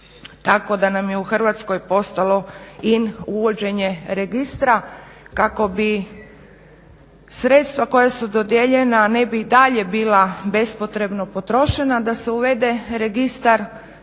tako da nam je u Hrvatskoj postalo in uvođenje registra kako bi sredstva koja su dodijeljena ne bi dalje bila bespotrebno potrošena da se uvede registar